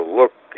look